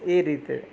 એ રીતે